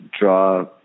draw